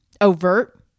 overt